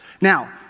Now